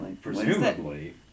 Presumably